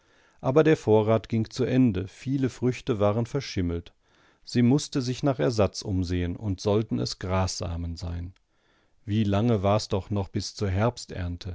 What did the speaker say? aber der vorrat ging zu ende viele früchte waren verschimmelt sie mußte sich nach ersatz umsehen und sollten es grassamen sein wie lange war's doch noch bis zur herbsternte